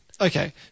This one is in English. okay